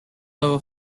level